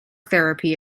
therapy